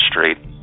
Street